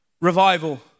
Revival